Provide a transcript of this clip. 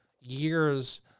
years